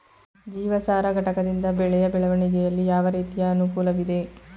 ಜೀವಸಾರ ಘಟಕದಿಂದ ಬೆಳೆಯ ಬೆಳವಣಿಗೆಯಲ್ಲಿ ಯಾವ ರೀತಿಯ ಅನುಕೂಲವಿದೆ?